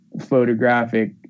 photographic